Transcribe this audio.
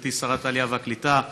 גברתי שרת העלייה והקליטה,